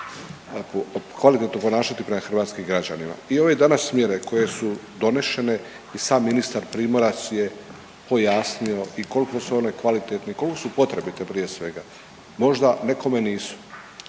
kvalitetno ponašati prema hrvatskim građanima. I ove danas mjere koje su donešene i sam ministar Primorac je pojasnio i kolko su one kvalitetne i kolko su potrebite prije svega, možda nekome nisu.